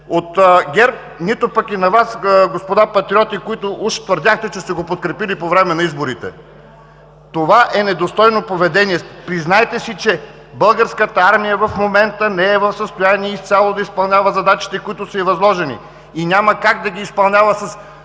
от ГЕРБ, нито пък и на Вас, господа патриоти, които, уж, твърдяхте, че сте го подкрепили по време на изборите. Това е недостойно поведение. Признайте си, че Българската армия в момента не е в състояние изцяло да изпълнява задачите, които с й възложени, и няма как да ги изпълнява с